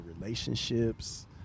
relationships